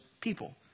people